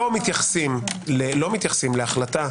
לא מתייחסים להחלטה.